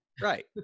Right